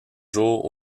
jours